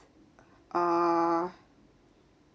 err